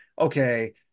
okay